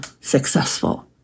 successful